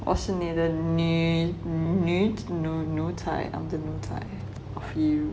我是你的女女 I'm the